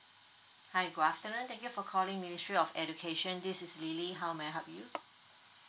hi good afternoon thank you for calling ministry of education this is lily how may I help you